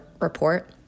report